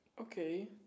Okay